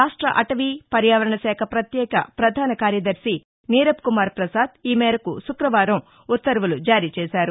రాష్ట అటవీ పర్యావరణ శాఖ పత్యేక పధాన కార్యదర్శి నీరబ్ కుమార్ ప్రసాద్ ఈ మేరకు శుక్రవారం ఉత్తర్వులు జారీ చేశారు